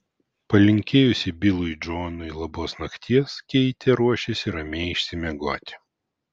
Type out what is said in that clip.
palinkėjusi bilui džonui labos nakties keitė ruošėsi ramiai išsimiegoti